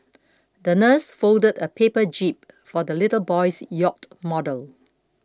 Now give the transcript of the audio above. the nurse folded a paper jib for the little boy's yacht model